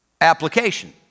application